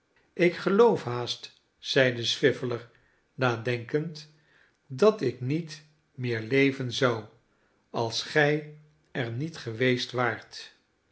ik geloof haast zeide swiveller nadenkend dat ik niet meer leven zou als gij er niet geweest waart